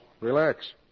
Relax